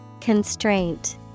Constraint